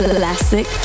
classic